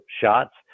shots